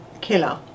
killer